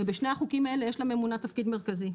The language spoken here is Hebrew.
ובשני החוקים האלה יש לממונה תפקיד מרכזי.